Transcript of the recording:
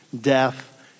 death